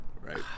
Right